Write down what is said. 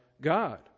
God